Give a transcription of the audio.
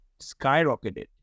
skyrocketed